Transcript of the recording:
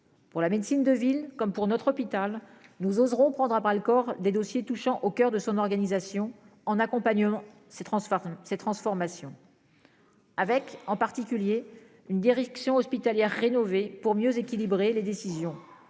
Pour la médecine de ville, comme pour notre hôpital nous oserons prendre à bras le corps des dossiers touchant au coeur de son organisation en accompagnement ces transferts ces transformations.-- Avec en particulier une direction hospitalière rénové pour mieux équilibrer les décisions.